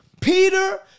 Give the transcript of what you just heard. Peter